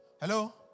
Hello